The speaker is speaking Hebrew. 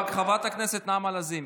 חברת הכנסת נעמה לזימי.